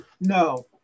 no